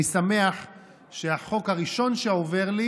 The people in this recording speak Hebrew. אני שמח שהחוק הראשון שעובר לי